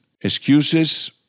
excuses